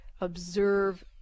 observe